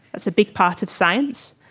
that's a big part of science.